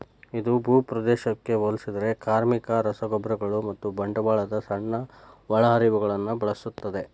ಇದು ಭೂಪ್ರದೇಶಕ್ಕೆ ಹೋಲಿಸಿದರೆ ಕಾರ್ಮಿಕ, ರಸಗೊಬ್ಬರಗಳು ಮತ್ತು ಬಂಡವಾಳದ ಸಣ್ಣ ಒಳಹರಿವುಗಳನ್ನು ಬಳಸುತ್ತದೆ